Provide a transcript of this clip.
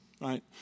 right